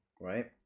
right